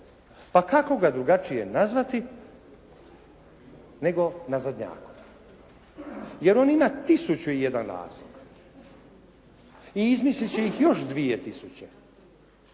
Pa kako ga drugačije nazvati nego nazadnjakom jer on ima tisuću i jedan razlog i izmislit će ih još 2 tisuće